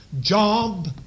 job